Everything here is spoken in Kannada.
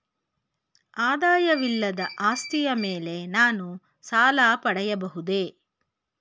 ಆದಾಯವಿಲ್ಲದ ಆಸ್ತಿಯ ಮೇಲೆ ನಾನು ಸಾಲ ಪಡೆಯಬಹುದೇ?